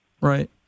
Right